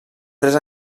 tres